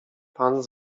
pan